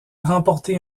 remporté